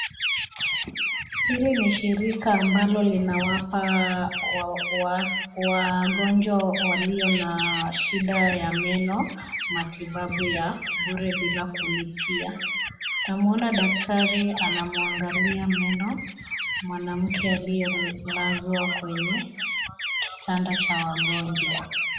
Hili ni shirika ambalo linawapa wagonjwa walio na shida ya meno matibabu ya bure bila kulipia. Twamwona daktari anamwangalia meno mwanamke aliye lazwa kwenye kitanda cha wagonjwa.